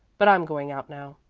but i'm going out now.